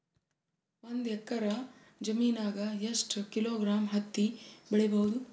ಒಂದ್ ಎಕ್ಕರ ಜಮೀನಗ ಎಷ್ಟು ಕಿಲೋಗ್ರಾಂ ಹತ್ತಿ ಬೆಳಿ ಬಹುದು?